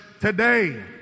today